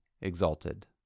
exalted